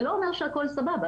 זה לא אומר שהכל סבבה.